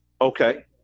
Okay